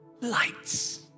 lights